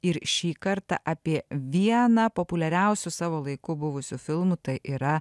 ir šį kartą apie vieną populiariausių savo laiku buvusių filmų tai yra